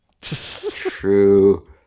True